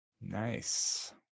Nice